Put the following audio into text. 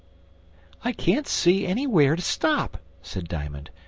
i can't see anywhere to stop, said diamond.